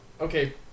okay